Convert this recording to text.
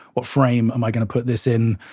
what frame am i going to put this in?